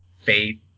faith